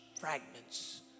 fragments